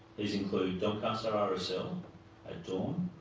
these include doncaster ah rsl at dawn,